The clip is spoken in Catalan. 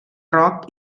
roc